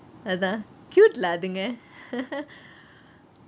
அதான்:athaan cute lah அதுங்க:athunge